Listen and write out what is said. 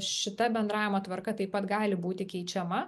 šita bendravimo tvarka taip pat gali būti keičiama